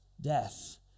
Death